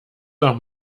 noch